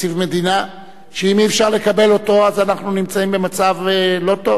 תקציב מדינה שאם אי-אפשר לקבל אותו אז אנחנו נמצאים במצב לא טוב.